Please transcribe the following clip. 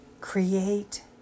create